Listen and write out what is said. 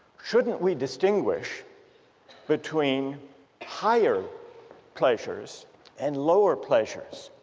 shouldn't we distinguish between higher pleasures and lower pleasures.